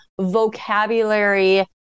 vocabulary